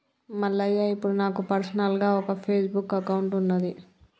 మల్లయ్య ఇప్పుడు నాకు పర్సనల్గా ఒక ఫేస్బుక్ అకౌంట్ ఉన్నది